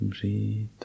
breathe